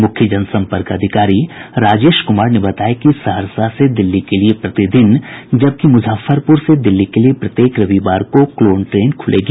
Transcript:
मुख्य जनसम्पर्क अधिकारी राजेश कुमार ने बताया कि सहरसा से दिल्ली के लिए प्रतिदिन जबकि मुजफ्फरपुर से दिल्ली के लिए प्रत्येक रविवार को क्लोन ट्रेन खुलेगी